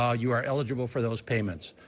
ah you're eligible for those payments.